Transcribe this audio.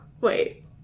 wait